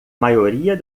maioria